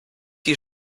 die